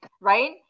right